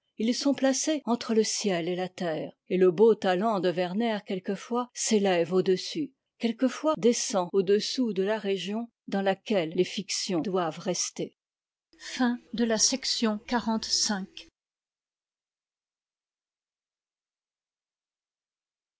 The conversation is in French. ils sont placés entre le ciel et la terre et le beau talent de werner quelquefois s'élève au-dessus quelquefois descend au-dessous de la région dans laquelle les fictions doivent rester